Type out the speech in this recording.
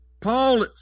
Paul